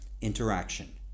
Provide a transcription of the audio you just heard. Interaction